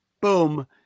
boom